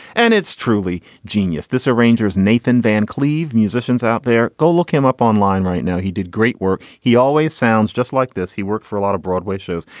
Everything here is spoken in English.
and it's truly genius. this arrangers nathan van cleave musicians out there. go look him up online right now. he did great work. he always sounds just like this. he worked for a lot of broadway shows.